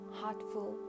heartful